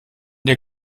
der